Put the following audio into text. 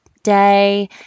day